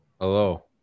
Hello